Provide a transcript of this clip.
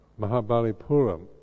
Mahabalipuram